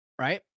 right